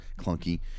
clunky